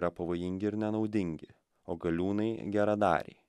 yra pavojingi ir nenaudingi o galiūnai geradariai